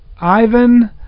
Ivan